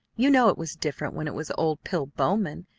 you know it was different when it was old pill bowman.